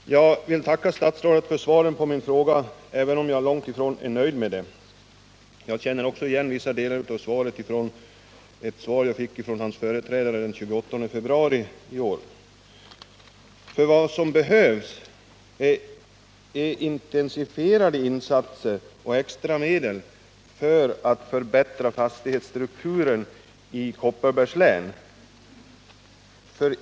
Herr talman! Jag vill tacka statsrådet för svaret på min fråga, även om jag långt ifrån är nöjd med det. Jag känner också igen vissa delar från ett svar som jag fick av jordbruksministerns företrädare den 28 februari i år. Vad som behövs är intensifierade insatser och extra medel för att förbättra fastighetsstrukturen i Kopparbergs län.